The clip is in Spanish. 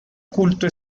culto